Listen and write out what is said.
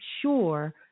sure